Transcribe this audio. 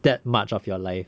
that much of your life